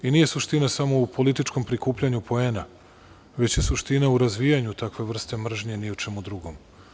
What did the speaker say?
Nije suština samo u političkom prikupljanju poena, već je suština u razvijanju takve vrste mržnje, ni u čemu drugom.